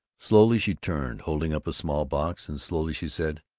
slowly she turned, holding up a small box, and slowly she said,